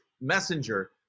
messenger